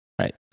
Right